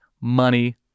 money